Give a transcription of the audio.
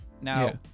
Now